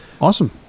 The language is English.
awesome